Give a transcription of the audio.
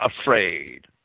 afraid